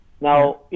Now